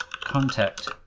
contact